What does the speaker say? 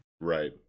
Right